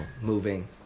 moving